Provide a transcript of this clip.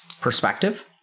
perspective